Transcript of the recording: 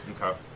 Okay